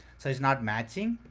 so it's not matching.